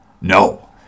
No